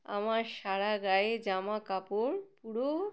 আমার সারা গায়ে জামা কাপড় পুরো